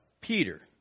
Peter